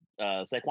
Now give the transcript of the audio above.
Saquon